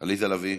עליזה לביא,